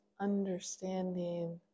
understanding